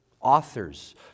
authors